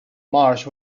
marsh